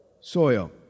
Soil